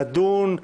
לדון,